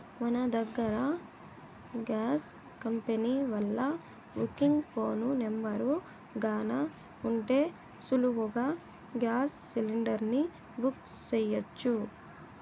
మన దగ్గర gas company వాల్ల బుకింగ్ ఫోను నెంబరు గాన ఉంటే సులువుగా గేస్ సిలిండర్ని బుక్ సెయ్యొచ్చు